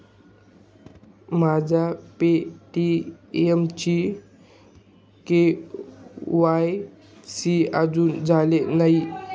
माझ्या पे.टी.एमचे के.वाय.सी अजून झालेले नाही